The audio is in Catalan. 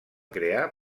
crear